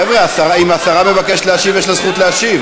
חבר'ה, אם השרה מבקשת להשיב, יש לה זכות להשיב.